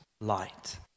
light